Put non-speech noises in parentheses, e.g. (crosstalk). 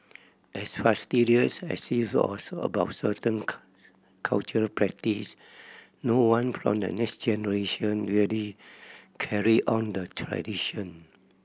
as fastidious as she was about certain (unintelligible) cultural practice no one from the next generation really carried on the tradition